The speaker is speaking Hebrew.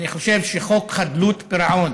אני חושב שחוק חדלות פירעון